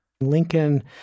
Lincoln